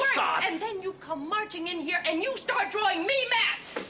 and then you come marching in here and you start drawing me maps!